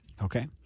Okay